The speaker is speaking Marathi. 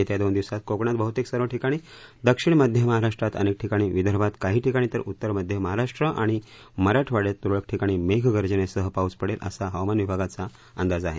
येत्या दोन दिवसांत कोकणात बहतेक सर्व ठिकाणी दक्षिण मध्य महाराष्ट्रात अनेक ठिकाणी विदर्भात काही ठिकाणी तर उत्तर मध्य महाराष्ट्र आणि मराठवाङ्यात तुरळक ठिकाणी मेघगर्जनेसह पाऊस पडेल असा हवामान विभागाचा अंदाज आहे